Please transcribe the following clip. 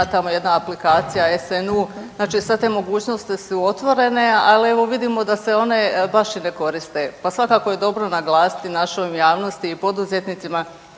tamo jedna aplikacija SNU znači sve te mogućnosti su otvorene, ali evo vidimo da se one baš i ne koriste pa svakako je dobro naglasiti našoj javnosti i poduzetnicima